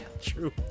True